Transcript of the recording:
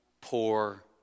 poor